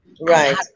Right